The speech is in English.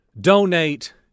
donate